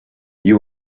you